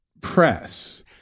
press